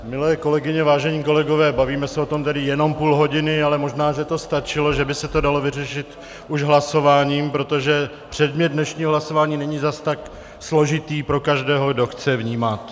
Milé kolegyně, vážení kolegové, bavíme se o tom tedy jenom půl hodiny, ale možná že to stačilo, že by se to dalo vyřešit už hlasováním, protože předmět dnešního hlasování není zas tak složitý pro každého, kdo chce vnímat.